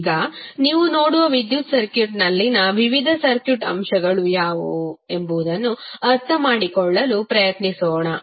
ಈಗ ನೀವು ನೋಡುವ ವಿದ್ಯುತ್ ಸರ್ಕ್ಯೂಟ್ನಲ್ಲಿನ ವಿವಿಧ ಸರ್ಕ್ಯೂಟ್ ಅಂಶಗಳು ಯಾವುವು ಎಂಬುದನ್ನು ಅರ್ಥಮಾಡಿಕೊಳ್ಳಲು ಪ್ರಯತ್ನಿಸೋಣ